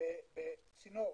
בצינור